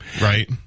right